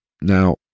Now